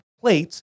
plates